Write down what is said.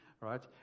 right